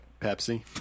Pepsi